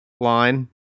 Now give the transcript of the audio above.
line